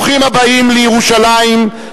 ברוכים הבאים לירושלים,